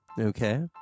Okay